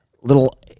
little